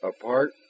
Apart